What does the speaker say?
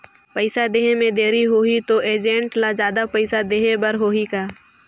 पइसा देहे मे देरी होही तो एजेंट ला जादा पइसा देही बर होही का?